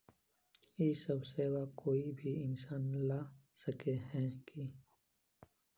इ सब सेवा कोई भी इंसान ला सके है की?